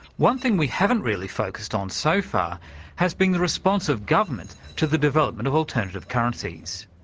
one thing we haven't really focused on so far has been the response of government to the development of alternative currencies.